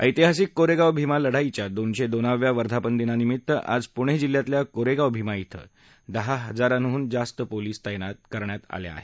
ऐतिहासिक कोरेगाव भीमा लढाईच्या दोनशे दोनाव्या वर्धापन दिनानिमित्त आज पुणे जिल्ह्यातल्या कोरेगाव भीमा िक्वें दहा हजारांहन जास्त पोलिस तैनात करण्यात आले आहेत